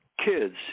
kids